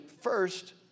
first